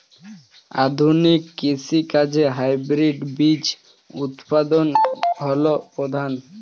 আধুনিক কৃষি কাজে হাইব্রিড বীজ উৎপাদন হল প্রধান